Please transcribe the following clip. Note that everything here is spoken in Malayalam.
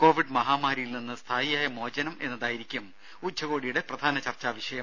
കോവിഡ് മഹാമാരിയിൽ നിന്ന് സ്ഥായിയായ മോചനം എന്നതായിരിക്കും ഉച്ചകോടിയുടെ പ്രധാന ചർച്ചാവിഷയം